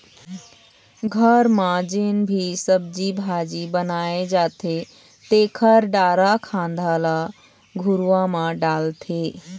घर म जेन भी सब्जी भाजी बनाए जाथे तेखर डारा खांधा ल घुरूवा म डालथे